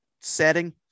setting